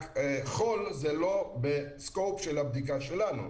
רק חול זה לא בסקופ של הבדיקה שלנו,